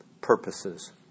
purposes